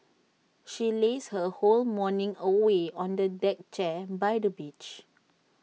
she lazed her whole morning away on A deck chair by the beach